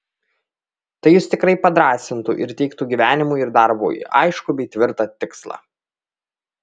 tai jus tikrai padrąsintų ir teiktų gyvenimui ir darbui aiškų bei tvirtą tikslą